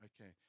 Okay